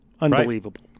Unbelievable